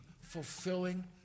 fulfilling